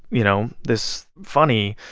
you know, this funny,